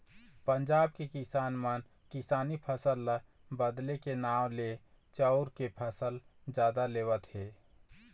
पंजाब के किसान मन किसानी फसल ल बदले के नांव ले चाँउर के फसल जादा लेवत हे